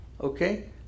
okay